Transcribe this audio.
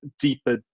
deeper